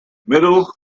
middle